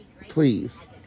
Please